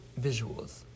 visuals